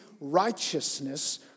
righteousness